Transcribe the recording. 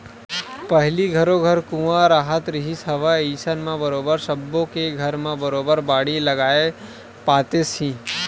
पहिली घरो घर कुँआ राहत रिहिस हवय अइसन म बरोबर सब्बो के घर म बरोबर बाड़ी लगाए पातेस ही